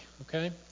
okay